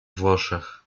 włoszech